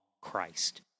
Christ